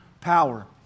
power